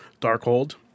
Darkhold